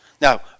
Now